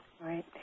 Right